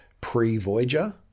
pre-Voyager